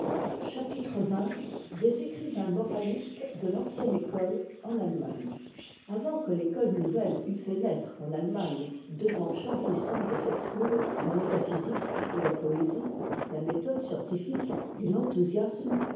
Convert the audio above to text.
chapitre xx des écrivains moram es de c mc emme école en allemagne avant que l'école nouvelle eût fait naître en allemagne deux penchants qui semblent s'exclure la métaphysique et la poésie la méthode scientifique et l'enthousiasme